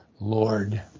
Lord